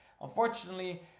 Unfortunately